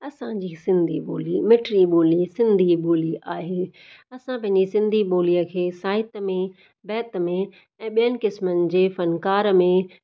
असांजी सिंधी ॿोली मिठड़ी ॿोली सिंधी ॿोली आहे असां पंहिंजी सिंधी ॿोलीअ खे साहित्य में बैत में ऐं ॿियनि क़िस्मनि जे फ़नकार में